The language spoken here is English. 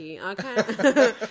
Okay